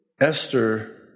Esther